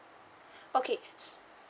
okay